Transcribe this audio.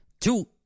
Two